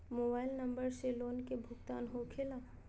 Mobile number से loan का भुगतान होखे बा?